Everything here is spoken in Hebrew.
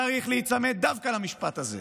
צריך להיצמד דווקא למשפט הזה.